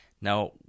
Now